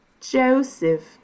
Joseph